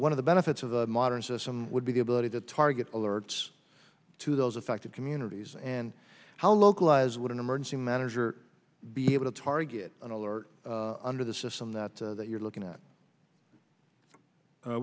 one of the benefits of the modern system would be the ability to target alerts to those affected communities and how localized would an emergency manager be able to target an alert under the system that you're looking at